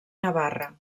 navarra